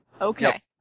Okay